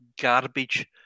garbage